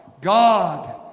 God